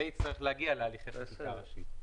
השינויים יצטרכו להגיע להליכי חקיקה ראשית.